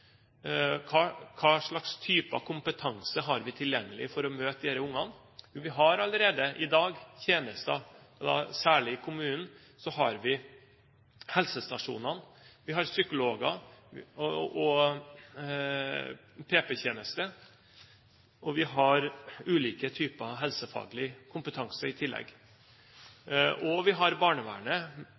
type kompetanse vi har tilgjengelig for å møte disse ungene. Vi har allerede i dag tjenester i kommunene. Vi har helsestasjonene, vi har psykologer og PP-tjeneste, vi har i tillegg ulike typer helsefaglig kompetanse – og vi har barnevernet